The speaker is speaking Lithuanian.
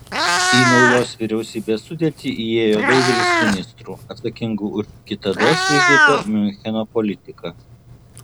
į naujos vyriausybės sudėtį įėjo daugelis ministrų atsakingų už kitados vykdytą miuncheno politiką